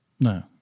No